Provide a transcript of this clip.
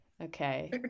okay